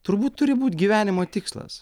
turbūt turi būt gyvenimo tikslas